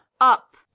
Up